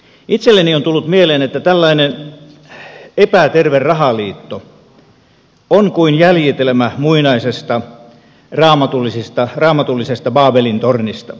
itselleni on tullut mieleen että tällainen epäterve rahaliitto on kuin jäljitelmä muinaisesta raamatullisesta baabelin tornista